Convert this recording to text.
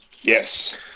Yes